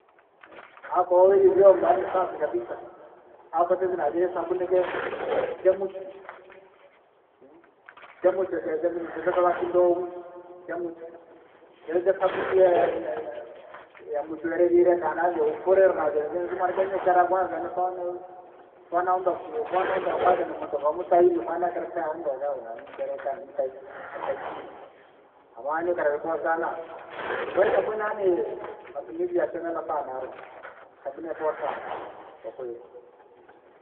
au koiri vyombo yaani safi kabisa. au kwatite najiri sabuni jee, jamuchu, jamuche je- je- jevini javekela kindouwi, jamuchu, jira ja sabuni ye- iyeiye yamuchwere jire akanajo ufulele najelejele jumo arijenyukela kwanza nifano, fwana aondokie ufwana uondoka kwanza nimunto kwa mutaili ufwane kila se- undoze unamkele tani mtaiki mtaikii. Amwanyukile boa sana, kohesabu nanii! Matumizi yachomema sana arume, sabuni yaboa sana, kwakweli.